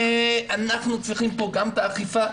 אנחנו צריכים פה גם את האכיפה,